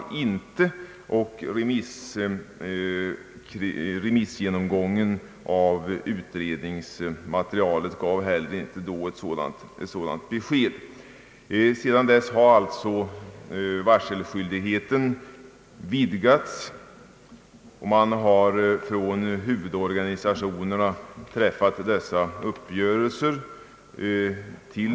Remissgenomgången av utredningsmaterialet gav inte heller anledning härtill. Sedan dess har alltså varselskyldigheten vidgats. Huvudorganisationerna har träffat dessa uppgörelser.